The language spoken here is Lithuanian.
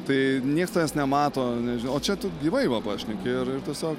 tai nieks tavęs nemato nežinau o čia tu gyvai va pašneki ir ir tiesiog